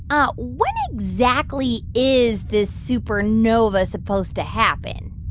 ah when exactly is this supernova supposed to happen?